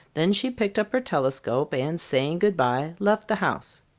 then she picked up her telescope and saying good-bye, left the house.